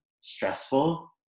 stressful